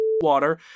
water